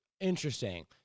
Interesting